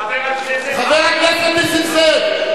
חבר הכנסת, חבר הכנסת נסים זאב.